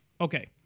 Okay